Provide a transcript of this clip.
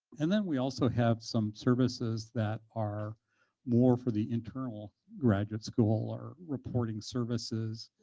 and then we also have some services that are more for the internal graduate school or reporting services,